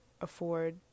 afford